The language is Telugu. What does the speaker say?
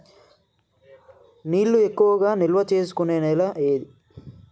నీళ్లు ఎక్కువగా నిల్వ చేసుకునే నేల ఏది?